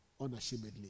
unashamedly